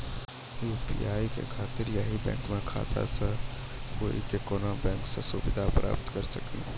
UPI के खातिर यही बैंक के खाता से हुई की कोनो बैंक से सुविधा प्राप्त करऽ सकनी?